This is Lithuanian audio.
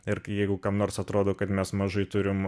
ir kai jeigu kam nors atrodo kad mes mažai turim